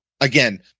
again